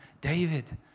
David